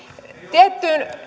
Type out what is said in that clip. tiettyyn